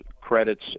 credits